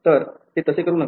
तर ते तसे करू नका